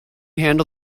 handle